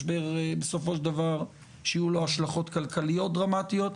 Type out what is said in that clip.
משבר בסופו של דבר שיהיו לו השלכות כלכליות דרמטיות,